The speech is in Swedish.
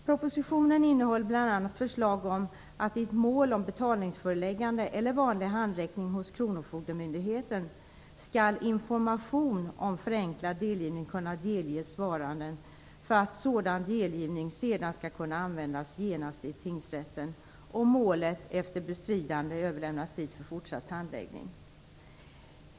Propositionen innehåller bl.a. förslag om att i ett mål om betalningsföreläggande eller vanlig handräckning hos kronofogdemyndigheten skall information om förenklad delgivning kunna delges svaranden för att sådan delgivning sedan skall kunna användas genast i tingsrätten, om målet efter bestridande överlämnas dit för fortsatt handläggning.